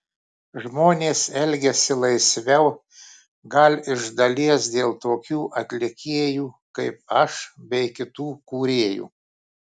žmonės elgiasi laisviau gal iš dalies dėl tokių atlikėjų kaip aš bei kitų kūrėjų